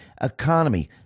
economy